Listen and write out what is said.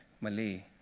Malay